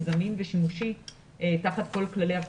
זמין ושימושי תחת כל הכללים.